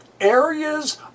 areas